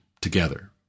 together